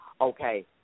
Okay